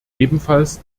ebenfalls